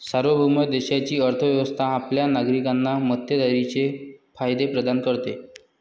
सार्वभौम देशाची अर्थ व्यवस्था आपल्या नागरिकांना मक्तेदारीचे फायदे प्रदान करते